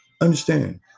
understand